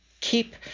Keep